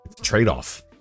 trade-off